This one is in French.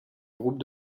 groupe